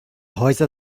häuser